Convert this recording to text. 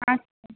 আচ্ছা